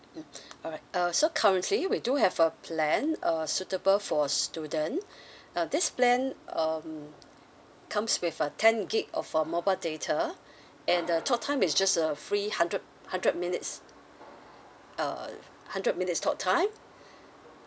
mm alright uh so currently we do have a plan uh suitable for student uh this plan um comes with a ten gig of uh mobile data and the talk time is just a free hundred hundred minutes uh hundred minutes talk time